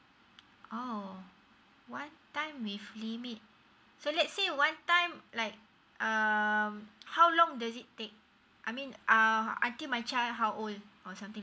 oh one time with limit so let's say one time like um how long does it take I mean uh until my child how old or something